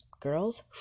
girls